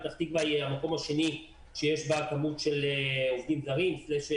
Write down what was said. פתח תקווה היא המקום השני שיש בה מספר של עובדים זרים/מסתננים.